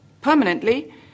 permanently